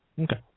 Okay